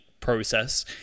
process